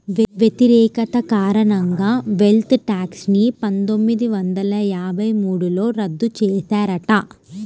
వ్యతిరేకత కారణంగా wealth tax ని పందొమ్మిది వందల యాభై మూడులో రద్దు చేశారట